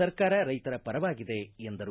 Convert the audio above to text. ಸರ್ಕಾರ ರೈತರ ಪರವಾಗಿದೆ ಎಂದರು